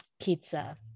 pizza